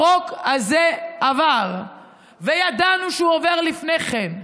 החוק הזה עבר וידענו שהוא עובר לפני כן.